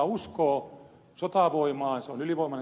usa uskoo sotavoimaan